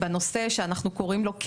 בנושא שאנחנו קוראים לו: קהילה.